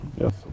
yes